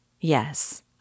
Yes